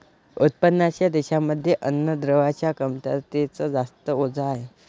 उत्पन्नाच्या देशांमध्ये अन्नद्रव्यांच्या कमतरतेच जास्त ओझ आहे